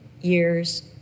years